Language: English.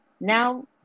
now